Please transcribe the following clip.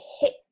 hit